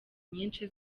nyinshi